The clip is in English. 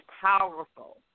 powerful